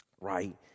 right